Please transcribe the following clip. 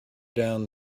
down